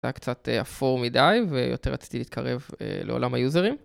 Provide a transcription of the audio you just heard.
זה היה קצת אפור מדי, ויותר רציתי להתקרב לעולם היוזרים.